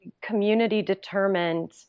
community-determined